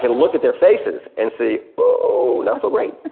and look at their faces and see oo, not so great.